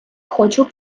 хочу